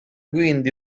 quindi